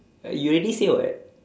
you already say [what]